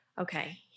Okay